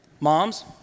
Moms